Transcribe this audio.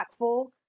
impactful